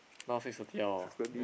now six thirty [liao]